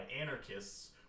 anarchists